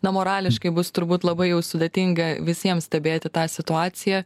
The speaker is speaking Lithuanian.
na morališkai bus turbūt labai jau sudėtinga visiem stebėti tą situaciją